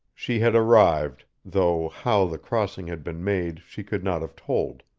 she had arrived, though how the crossing had been made she could not have told.